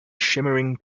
shimmering